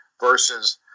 versus